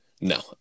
No